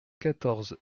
quatorze